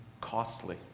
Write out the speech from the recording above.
costly